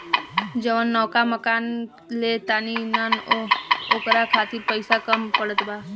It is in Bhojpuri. जवन नवका मकान ले तानी न ओकरा खातिर पइसा कम पड़त बा